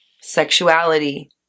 sexuality